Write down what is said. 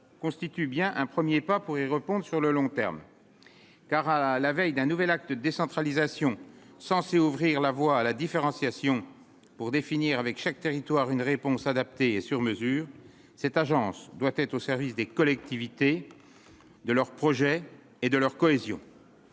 constitue bien un 1er pas pour y répondent sur le long terme car, à la veille d'un nouvel acte de décentralisation censée ouvrir la voie à la différenciation pour définir avec chaque territoire une réponse adaptée sur mesure cette agence doit être au service des collectivités de leur projet et de leur cohésion.